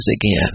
again